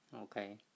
okay